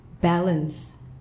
balance